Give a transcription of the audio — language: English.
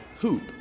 hoop